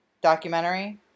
documentary